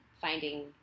finding